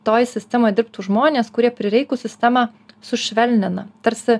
toj sistemoj dirbtų žmonės kurie prireikus sistemą sušvelnina tarsi